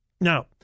Now